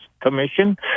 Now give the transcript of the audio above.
Commission